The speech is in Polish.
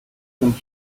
czym